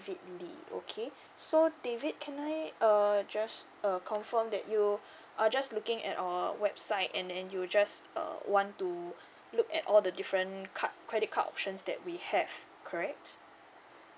david lee okay so david can I uh just err confirm that you are just looking at our website and then you just err want to look at all the different card credit card options that we have correct